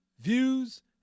views